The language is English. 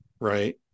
right